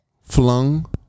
Flung